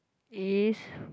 is